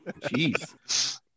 Jeez